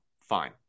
Fine